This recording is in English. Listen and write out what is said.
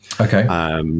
Okay